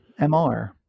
mr